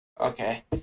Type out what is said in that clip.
Okay